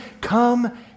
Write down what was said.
come